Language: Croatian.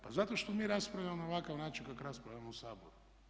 Pa zato što mi raspravljamo na ovakav način kako raspravljamo u Saboru.